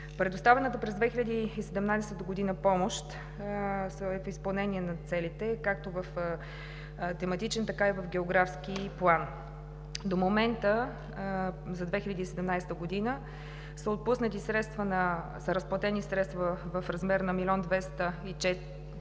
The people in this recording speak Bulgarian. Предоставената през 2017 г. помощ за изпълнение на целите е както в тематичен, така и в географски план. До момента за 2017 г. са разплатени средства в размер на почти 1 млн.